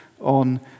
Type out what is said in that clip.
on